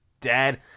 dad